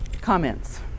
Comments